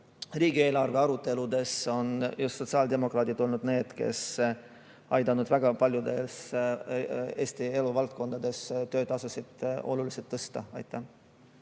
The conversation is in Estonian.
riigieelarve arueludes on just sotsiaaldemokraadid olnud need, kes on aidanud väga paljudes eluvaldkondades töötasusid oluliselt tõsta. Heiki